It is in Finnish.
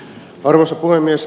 arvoisa puhemies